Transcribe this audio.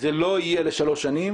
זה לא יהיה לשלוש שנים.